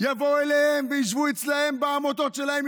יבואו אליהם וישבו אצלם בעמותות שלהם,